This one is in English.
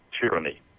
tyranny